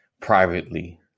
privately